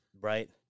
Right